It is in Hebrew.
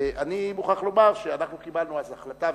ואני מוכרח לומר שאנחנו קיבלנו אז החלטה,